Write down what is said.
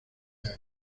años